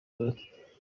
n’umufaransa